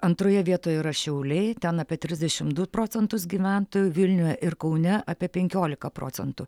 antroje vietoje yra šiauliai ten apie trisdešimt du procentus gyventojų vilniuje ir kaune apie penkiolika procentų